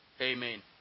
Amen